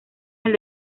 del